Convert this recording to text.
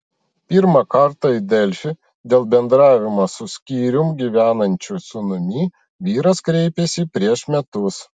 pirmą kartą į delfi dėl bendravimo su skyrium gyvenančiu sūnumi vyras kreipėsi prieš metus